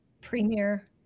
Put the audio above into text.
premier